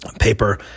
paper